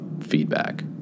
feedback